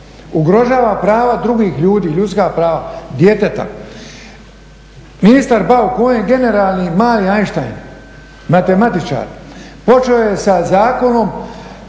ugrožava prava drugih ljudi, ljudska prava djeteta. Ministar Bauk, on je generalni mali Einsteine, matematičar, počeo je sa zakonom,